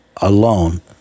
alone